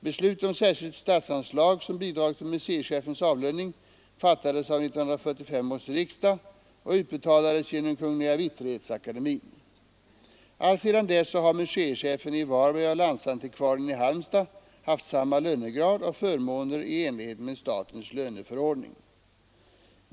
Beslut om särskilt statsanslag som bidrag till museichefens avlöning fattades av 1945 års riksdag och utbetalades genom Kungl. vitterhetsakademien. Alltsedan dess har museichefen i Varberg och landsantikvarien i Halmstad haft samma lönegrad och förmåner i enlighet med statens löneförordning.